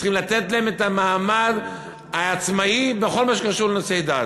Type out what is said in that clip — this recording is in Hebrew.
צריכים לתת להם את המעמד העצמאי בכל מה שקשור בנושאי דת.